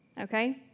okay